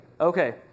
Okay